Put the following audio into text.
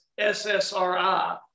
SSRI